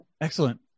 excellent